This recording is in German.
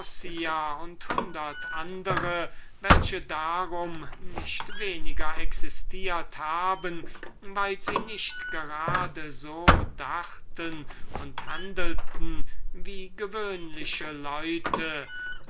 und hundert andre welche darum nicht weniger existiert haben weil sie nicht gerade so dachten und handelten wie gewöhnliche leute